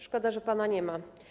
Szkoda, że pana nie ma.